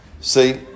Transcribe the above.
See